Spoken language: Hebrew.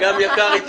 מי נגד?